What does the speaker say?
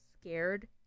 scared